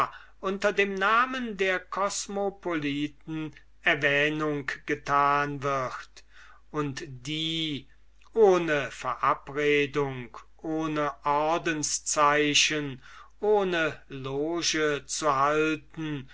unter dem namen der kosmopoliten erwähnung getan wird und die ohne verabredung ohne ordenszeichen ohne loge zu halten